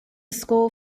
score